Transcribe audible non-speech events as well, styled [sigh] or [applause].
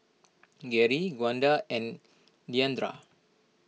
[noise] [unintelligible] Gwenda and Diandra